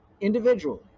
individually